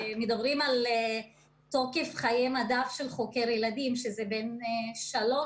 מדברים על תוקף חיי מדף של חוקר ילדים שהוא בין שלוש